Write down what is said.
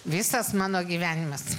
visas mano gyvenimas